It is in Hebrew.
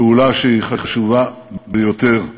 פעולה שהיא חשובה ביותר,